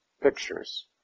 pictures